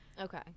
Okay